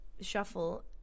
shuffle